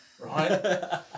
right